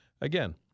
Again